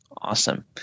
Awesome